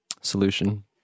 solution